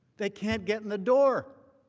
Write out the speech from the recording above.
they can't get in the door.